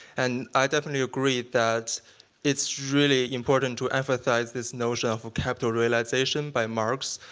and i definitely agree that it's really important to emphasize this notion of capital realization by marx.